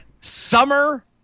Summer